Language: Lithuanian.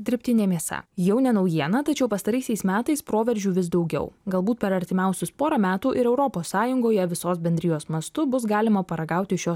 dirbtinė mėsa jau ne naujiena tačiau pastaraisiais metais proveržių vis daugiau galbūt per artimiausius porą metų ir europos sąjungoje visos bendrijos mastu bus galima paragauti šios